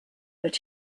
but